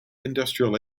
industrial